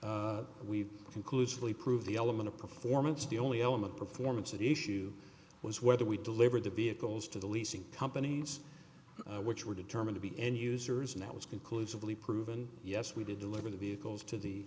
we conclusively prove the element of performance the only element performance at issue was whether we delivered the vehicles to the leasing companies which were determined to be end users and that was conclusively proven yes we did deliver the vehicles to the